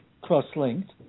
cross-linked